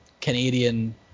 Canadian